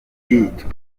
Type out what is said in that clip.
judithe